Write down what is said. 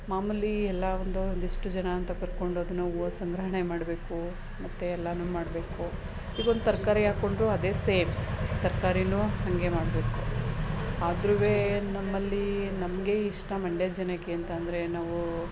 ಮಾಮೂಲಿ ಎಲ್ಲ ಒಂದು ಒಂದಿಷ್ಟು ಜನ ಅಂತ ಕರ್ಕೊಂಡೋಗಿ ನಾವು ಊವ ಸಂಗ್ರಹಣೆ ಮಾಡ್ಬೇಕು ಮತ್ತೆ ಎಲ್ಲಾನೂ ಮಾಡಬೇಕು ಈಗೊಂದು ತರಕಾರಿ ಹಾಕ್ಕೊಂಡ್ರು ಅದೇ ಸೇಮ್ ತರಕಾರಿಯೂ ಹಾಗೇ ಮಾಡಬೇಕು ಆದ್ರೂ ನಮ್ಮಲ್ಲಿ ನಮಗೆ ಇಷ್ಟ ಮಂಡ್ಯದ ಜನಕ್ಕೆ ಅಂತ ಅಂದ್ರೆ ನಾವು ಕಬ್ಬು